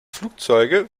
flugzeuge